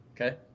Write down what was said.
Okay